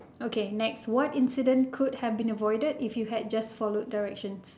okay next what incident could have been avoided if you had just followed directions